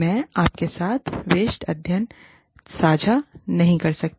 मैं आपके साथ व्यष्टि अध्ययन केस स्टडी साझा नहीं कर सकता